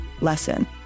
lesson